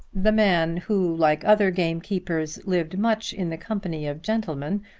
the man who, like other gamekeepers, lived much in the company of gentlemen,